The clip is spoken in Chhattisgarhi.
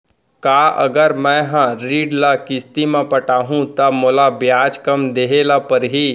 का अगर मैं हा ऋण ल किस्ती म पटाहूँ त मोला ब्याज कम देहे ल परही?